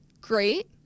great